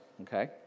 okay